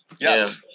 yes